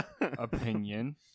opinion